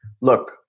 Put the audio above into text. Look